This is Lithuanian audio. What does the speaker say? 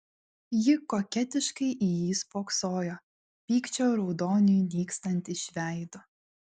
ji koketiškai į jį spoksojo pykčio raudoniui nykstant iš veido